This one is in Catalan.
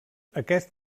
aquest